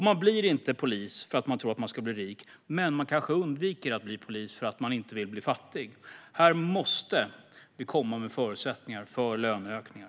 Man blir inte polis för att bli rik, men man kanske undviker att bli polis för att man inte vill bli fattig. Här måste vi ge förutsättningar för löneökningar.